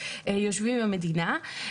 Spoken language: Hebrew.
יושבים עם המדינה.